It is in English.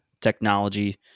technology